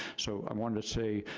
so i wanted to say,